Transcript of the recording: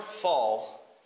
fall